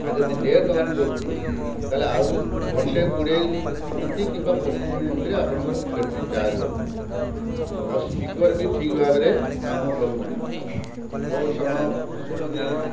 ଆଉ ଯଦି net on କରୁଛୁ ତାହାଲେ ଆହୁରି ଘଣ୍ଟେ କୋଡ଼ିଏ ମିନିଟ୍ କିମ୍ବା ପଚିଶି ମିନିଟ୍ରେ ଆପଣଙ୍କର ବ୍ୟାଟେରି ଚାର୍ଜ ରଖୁନି ଆଉ ସ୍ପିକର୍ ବି ଠିକ୍ ଭାବରେ କାମ କରୁନାହିଁ ବହୁତ ସମୟ ଶୁଭୁନି